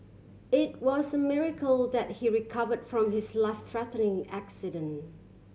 it was a miracle that he recovered from his life threatening accident